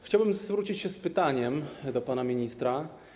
Chciałbym zwrócić się z pytaniem do pana ministra.